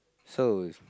so